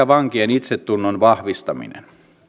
vankien itsetunnon vahvistaminen